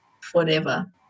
forever